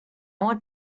want